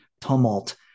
tumult